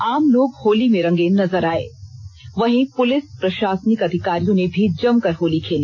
आम लोग होली में रंगे नजर आये वहीं पुलिस प्रशासनिक अधिकारियों ने भी जमकर होली खेली